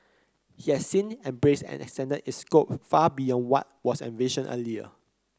he has since embraced and extended its scope far beyond what was envisioned earlier